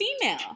female